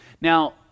Now